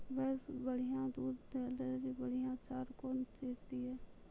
भैंस बढ़िया दूध दऽ ले ली बढ़िया चार कौन चीज दिए?